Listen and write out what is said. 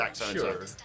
sure